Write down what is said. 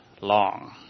long